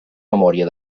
memòria